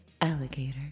Alligator